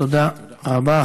תודה רבה.